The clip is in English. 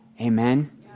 Amen